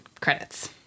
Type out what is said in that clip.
credits